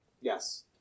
Yes